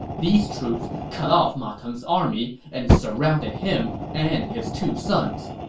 these troops cut off ma teng's army and surrounded him and his two sons.